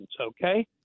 okay